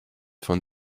von